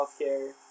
Healthcare